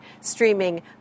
streaming